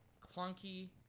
clunky